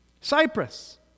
Cyprus